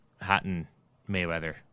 Hatton-Mayweather